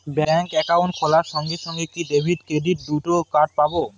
Bank account খোলার সঙ্গে সঙ্গে কি ডেবিট ক্রেডিট দুটো কার্ড পাবো?